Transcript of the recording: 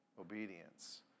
obedience